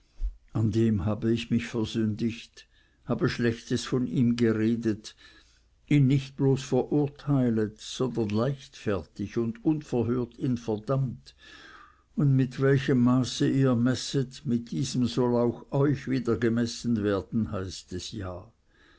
an dem habe ich mich versündigt habe schlechtes von ihm geredet ihn nicht bloß verurteilet sondern leichtfertig und unverhört ihn verdammt und mit welchem maße ihr messet mit diesem soll euch wie der gemessen werden heißt es ja